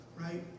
right